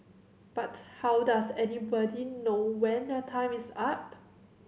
but how does anybody know when their time is up